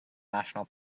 national